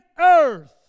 earth